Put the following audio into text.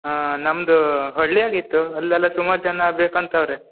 ಹಾಂ ನಮ್ಮದು ಹಳ್ಯಾಗ ಇತ್ತು ಅಲ್ಲೆಲ್ಲ ಸುಮಾರು ಜನ ಬೇಕಂತವ್ರೆ